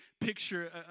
picture